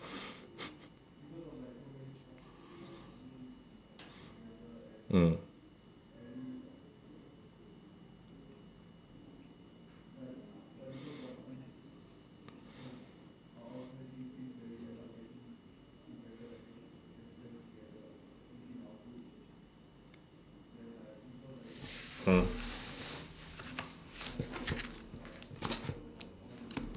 mm